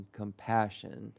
compassion